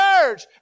church